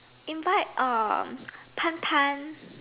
invite um Tan-Tan